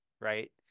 right